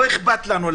לא אכפת לנו,